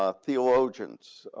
ah theologians,